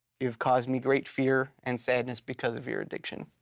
you've caused me great fear and sadness because of your addiction.